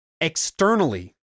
externally